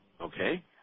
Okay